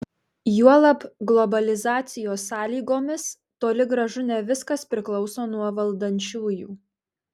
juolab globalizacijos sąlygomis toli gražu ne viskas priklauso nuo valdančiųjų